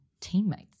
teammates